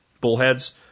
bullheads